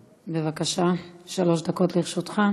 בבקשה, שלוש דקות לרשותך.